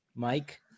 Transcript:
mike